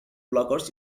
blockers